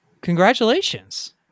congratulations